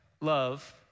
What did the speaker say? love